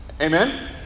Amen